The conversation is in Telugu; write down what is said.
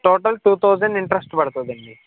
టోటల్ టూ తౌజెండ్ ఇంట్రెస్ట్ పడుతుంది